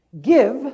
give